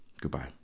goodbye